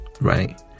Right